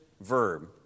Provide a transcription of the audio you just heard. verb